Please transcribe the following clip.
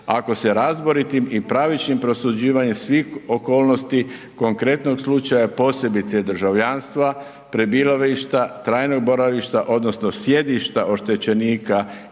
ako se razboritim i pravičnim prosuđivanjem svih okolnosti konkretnog slučaja, posebice državljanstva, prebivališta, trajnog boravišta odnosno sjedišta oštećenika